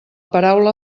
paraula